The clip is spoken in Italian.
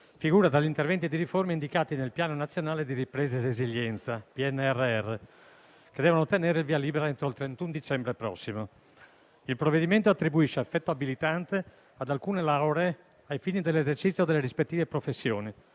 figura tra gli interventi di riforma indicati nel Piano nazionale di ripresa e resilienza (PNRR) che devono ottenere il via libera entro il 31 dicembre prossimo. Il provvedimento attribuisce effetto abilitante ad alcune lauree ai fini dell'esercizio delle rispettive professioni.